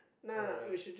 alright